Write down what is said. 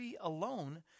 alone